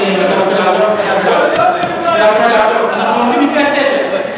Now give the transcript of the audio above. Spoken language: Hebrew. אדוני, אם אתה רוצה לעזוב, אנחנו הולכים לפי הסדר.